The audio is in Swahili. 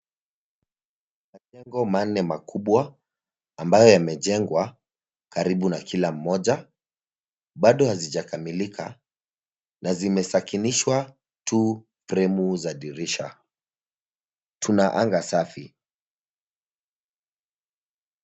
Majengo manne makubwa ambayo yamejengwa karibu na kila mmoja. Bado hazijakamilika na zimesakinishwa tu fremu za dirisha. Tuna anga safi.